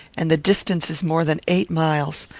and the distance is more than eight miles.